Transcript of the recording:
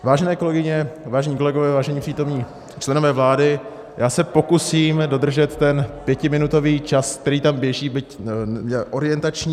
Vážené kolegyně, vážení kolegové, vážení přítomní členové vlády, já se pokusím dodržet ten pětiminutový čas, který tam běží, byť jenom orientační.